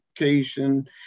education